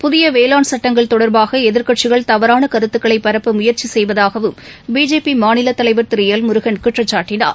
புதிய வேளாண் சட்டங்கள் தொடர்பாக எதிர்க்கட்சிகள் தவறான கருத்துக்களை பரப்ப முயற்சி செய்வதாகவும் பிஜேபி மாநிலத்தலைவர் திரு எல் முருகன் குற்றம் சாட்டினார்